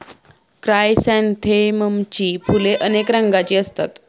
क्रायसॅन्थेममची फुले अनेक रंगांची असतात